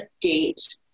Gate